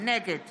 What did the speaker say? נגד